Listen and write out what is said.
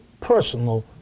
personal